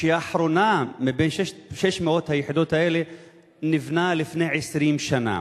והאחרונה מבין 600 היחידות האלה נבנתה לפני 20 שנה.